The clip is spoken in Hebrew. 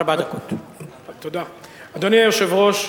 אדוני היושב-ראש,